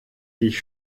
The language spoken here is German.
dich